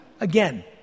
Again